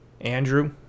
Andrew